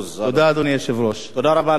הדובר הבא הוא חבר הכנסת חמד עמאר.